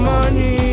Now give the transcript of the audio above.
Money